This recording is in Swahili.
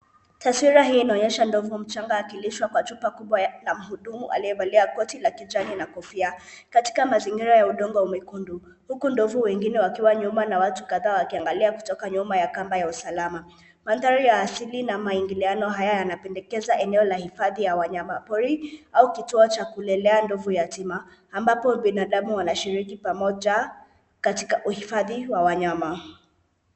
Taswira hii inaonyesha ndovu mchanga akilishwa kwa chupa kubwa na mhudumu aliyevalia koti la kijani na kofia katika mazingira ya udongo mwekundu. Huku ndovu wengine wakiwa nyuma na watu kadhaa wakiangalia kutoka nyuma ya kamba ya usalama. Mandhari ya asili na maingiliano haya yanapendekeza eneo la hifadhi ya wanyama pori, au kituo cha kulelea ndovu yatima ambapo binadamu wanashiriki pamoja katika uhifadhi wa wanyama.